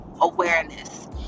awareness